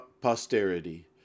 posterity